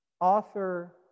Author